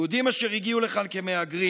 יהודים אשר הגיעו לכאן כמהגרים,